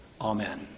Amen